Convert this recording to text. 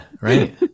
Right